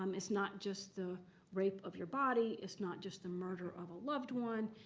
um it's not just the rape of your body. it's not just the murder of a loved one.